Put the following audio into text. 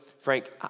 Frank